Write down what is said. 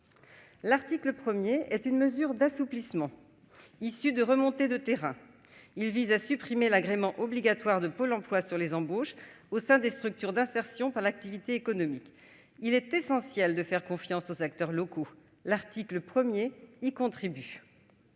L'article 1 est une mesure d'assouplissement, issue de remontées du terrain. Il vise à supprimer l'agrément obligatoire de Pôle emploi pour les embauches au sein des structures de l'insertion par l'activité économique. Il est essentiel de faire confiance aux acteurs locaux. Cet article y contribue.